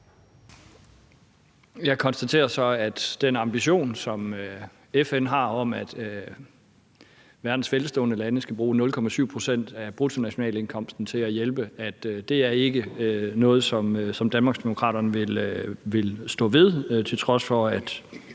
Jeg konstaterer så, at den ambition, som FN har om, at verdens velstående lande skal bruge 0,7 pct. af bruttonationalindkomsten til at hjælpe, ikke er noget, som Danmarksdemokraterne vil stå ved, til trods for –